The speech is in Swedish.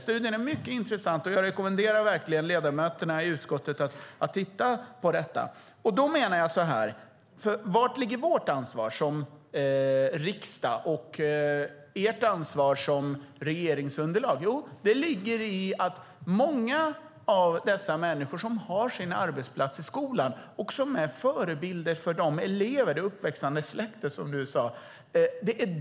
Studien är mycket intressant, och jag rekommenderar verkligen ledamöterna i utskottet att titta på den. Då menar jag: Var ligger vårt ansvar som riksdag och ert ansvar som regeringsunderlag? Jo, det ligger i att det handlar om många människor som har sin arbetsplats i skolan och som är förebilder för eleverna - det uppväxande släktet, som du sade.